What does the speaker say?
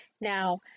Now